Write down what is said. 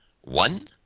one